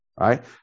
right